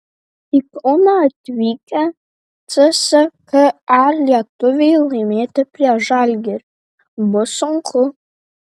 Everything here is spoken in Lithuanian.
į kauną atvykę cska lietuviai laimėti prieš žalgirį bus sunku